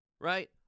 Right